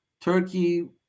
Turkey